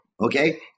okay